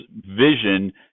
vision